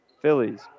Phillies